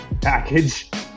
package